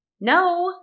No